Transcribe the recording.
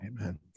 amen